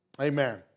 Amen